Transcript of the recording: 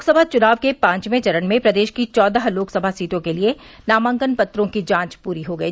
लोकसभा चुनाव के पांचवें चरण में प्रदेश की चौदह लोकसभा सीटों के लिए नामांकन पत्रों की जांच पूरी हो गयी